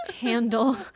handle